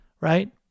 Right